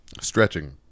stretching